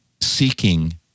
seeking